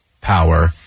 power